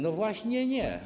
No właśnie nie.